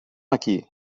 aquí